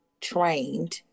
trained